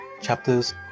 chapters